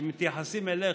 שמתייחסים אליך.